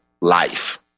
life